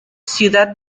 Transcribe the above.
ciudad